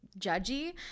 judgy